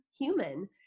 human